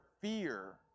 fear